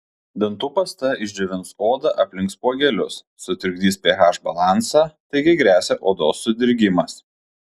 dantų pasta išdžiovins odą aplink spuogelius sutrikdys ph balansą taigi gresia odos sudirgimas